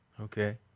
Okay